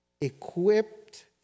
equipped